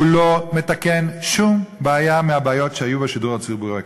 הוא לא מתקן שום בעיה מהבעיות שהיו בשידור הציבורי הקודם.